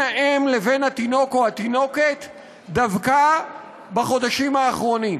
האם לבין התינוק או התינוקת דווקא בחודשים הראשונים.